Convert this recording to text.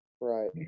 right